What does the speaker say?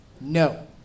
No